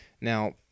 Now